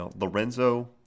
Lorenzo